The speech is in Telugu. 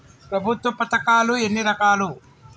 ప్రభుత్వ పథకాలు ఎన్ని రకాలు?